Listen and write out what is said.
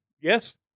Yes